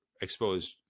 exposed